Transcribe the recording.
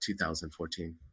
2014